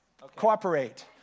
cooperate